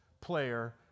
player